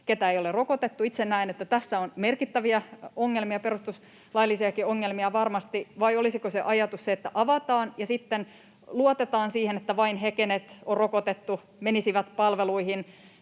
keitä ei ole rokotettu? Itse näen, että tässä on merkittäviä ongelmia, perustuslaillisiakin ongelmia varmasti. Vai olisiko se ajatus se, että avataan ja sitten luotetaan siihen, että vain he, kenet on rokotettu, menisivät palveluihin?